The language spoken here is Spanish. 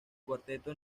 cuarteto